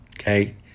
Okay